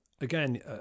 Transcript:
again